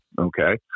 okay